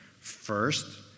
First